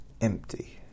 empty